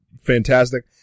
fantastic